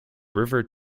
river